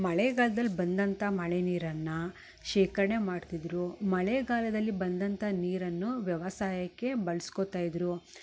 ಮಳೆಗಾಲ್ದಲ್ಲಿ ಬಂದಂಥ ಮಳೆ ನೀರನ್ನ ಶೇಖರ್ಣೆ ಮಾಡ್ತಿದ್ದರು ಮಳೆಗಾಲದಲ್ಲಿ ಬಂದಂಥ ನೀರನ್ನು ವ್ಯವಸಾಯಕ್ಕೆ ಬಳ್ಸ್ಕೊತಾ ಇದ್ದರು